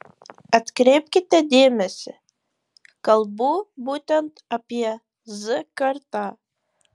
atkreipkite dėmesį kalbu būtent apie z kartą